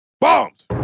Bombs